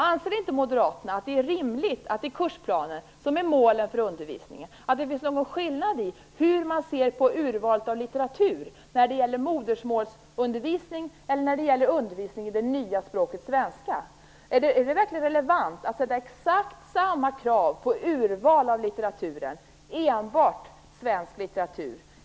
Anser inte Moderaterna att det är rimligt att i de kursplaner som är målen för undervisningen finns någon skillnad mellan hur man ser på urvalet av litteratur för modersmålsundervisning och för undervisning i det nya språket svenska? Är det verkligen relevant att ställa exakt samma krav på urval av litteraturen och att välja enbart svensk litteratur?